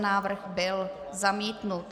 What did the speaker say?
Návrh byl zamítnut.